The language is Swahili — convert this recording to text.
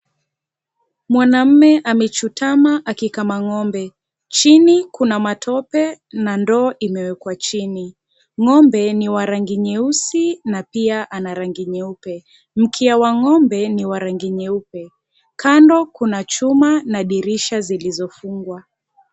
Mwanaume amechutama akikama ng'ombe. Chini kuna matope na ndoo imewekwa chini. Ng'ombe ni wa rangi nyeusi na pia ana rangi nyeupe, mkia wa ng'ombe ni wa rangi nyeupe. Kando kuna chuma na dirisha zilizofungwa.